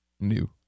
new